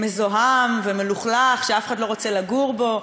מזוהם, מלוכלך, שאף אחד לא רוצה לגור בו.